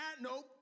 nope